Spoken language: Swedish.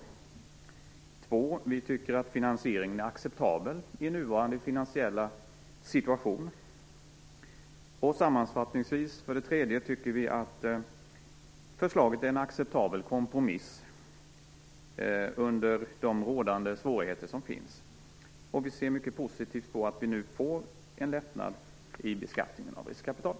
För det andra tycker vi att finansieringen är acceptabel i nuvarande finansiella situation. För det tredje tycker vi att förslaget är en acceptabel kompromiss, med de rådande svårigheterna. Vi ser alltså mycket positivt på att det nu blir en lättnad i beskattningen av riskkapital.